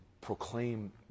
proclaim